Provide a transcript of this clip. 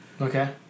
Okay